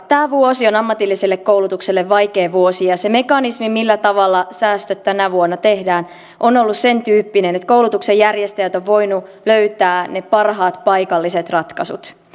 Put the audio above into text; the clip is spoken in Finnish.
tämä vuosi on ammatilliselle koulutukselle vaikea vuosi ja ja se mekanismi millä tavalla säästöt tänä vuonna tehdään on ollut sentyyppinen että koulutuksen järjestäjät ovat voineet löytää ne parhaat paikalliset ratkaisut